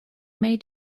may